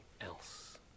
else